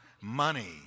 money